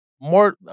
more